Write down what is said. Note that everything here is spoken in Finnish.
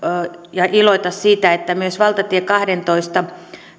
ja iloita siitä että myös valtatie kahdentoista